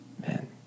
Man